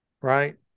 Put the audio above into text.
right